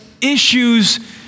issues